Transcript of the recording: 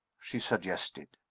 she suggested.